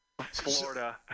Florida